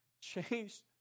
changed